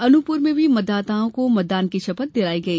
अनूपपुर में भी मतदाताओं को मतदान की शपथ दिलाई गई